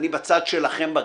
בצד שלכם בגדול: